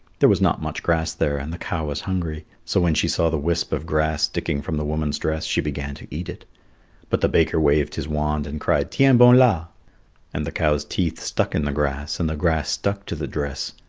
there was not much grass there and the cow was hungry, so when she saw the wisp of grass sticking from the woman's dress she began to eat it but the baker waved his wand and cried tiens-bon-la and the cow's teeth stuck in the grass and the grass stuck to the dress.